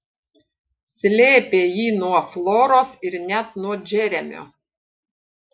slėpė jį nuo floros ir net nuo džeremio